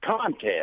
contest